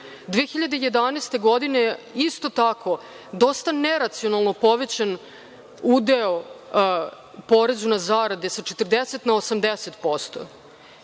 2011. isto tako dosta je neracionalno povećan udeo poreza na zarade sa 40% na 80%.